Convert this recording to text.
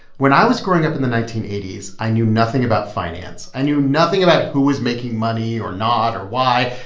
when i was growing up in the nineteen eighty s, i knew nothing about finance. i knew nothing about who was making money or not or why.